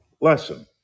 lesson